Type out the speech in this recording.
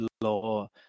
law